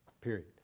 period